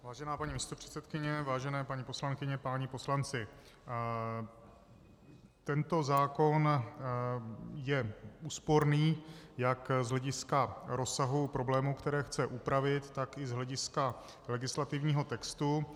Vážená paní místopředsedkyně, vážené paní poslankyně, páni poslanci, tento zákon je úsporný jak z hlediska rozsahu problémů, které chce upravit, tak i z hlediska legislativního textu.